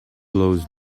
blows